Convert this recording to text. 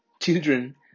Children